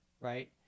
right